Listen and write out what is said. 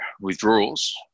withdrawals